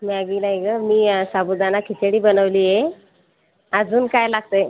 Maggi नाही गं मी साबुदाणा खिचडी बनवली आहे आजून काय लागतं आहे